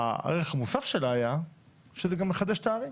הערך המוסף שלה היה שזה גם מחדש את הערים.